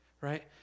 right